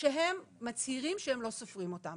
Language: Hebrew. שהם מצהירים שהם לא סופרים אותם,